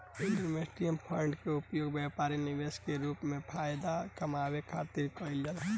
investment fund के उपयोग व्यापारी निवेश के रूप में फायदा कामये खातिर कईल जाला